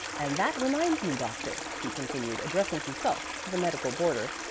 and that reminds me, doctor, he continued, addressing himself to the medical boarder.